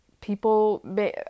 people